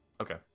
okay